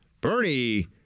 Bernie